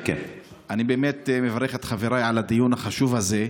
אני באמת מברך את חבריי על הדיון החשוב הזה.